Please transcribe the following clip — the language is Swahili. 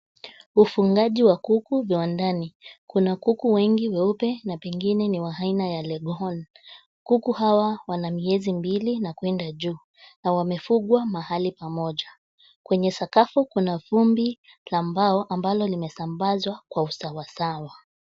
Ufugaji wa kuku viwandani. Kuna kuku wengi weupe na pengine ni wa aina ya Leghorn . Kuku hawa ni wa miezi mbili na kwenda juu. Na wamefugwa mahali pamoja. Kwenye sakafu kuna vumbi la mbao ambalo limesambazwa kwa usawasawa.